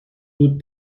بود